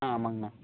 ஆ ஆமாங்கண்ணா